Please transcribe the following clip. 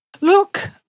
look